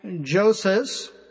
Joseph